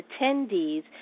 attendees